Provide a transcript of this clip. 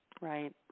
right